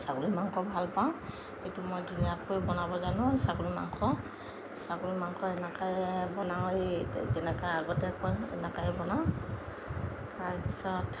ছাগলী মাংস ভালপাওঁ এইটো মই ধুনীয়াকৈ বনাব জানো ছাগলী মাংস ছাগলী মাংস এনেকৈয়ে বনাওঁ এই যেনেকৈ আগতে কয় এনেকৈয়ে বনাওঁ তাৰ পিছত